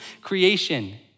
creation